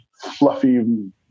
fluffy